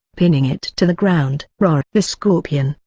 pinning it to the ground. rawr. the scorpion,